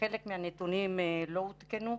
חלק מהנתונים לא עודכנו.